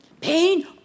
Pain